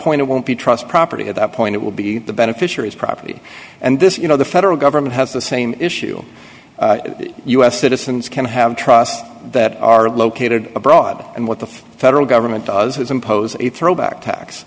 point it won't be a trust property at that point it will be the beneficiaries property and this you know the federal government has the same issue u s citizens can have trust that are located abroad and what the federal government does is impose a throwback tax